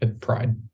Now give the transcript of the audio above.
pride